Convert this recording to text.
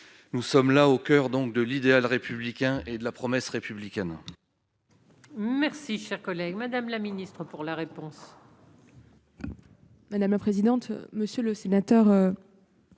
Nous sommes là au coeur de l'idéal républicain et de la promesse républicaine.